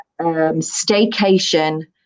staycation